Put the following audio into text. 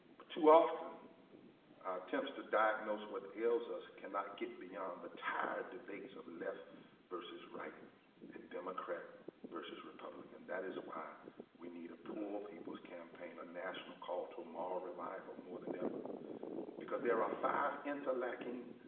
but too often attempts to diagnose what ails us cannot get beyond the tired debates of left versus right and democrat versus republican, that is why we need a poor people's campaign, a national call to moral revival more than ever because there are five interlocking